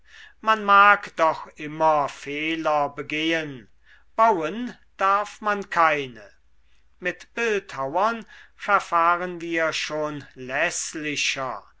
mag man doch immer fehler begehen bauen darf man keine mit bildhauern verfahren wir schon